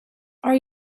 are